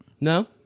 No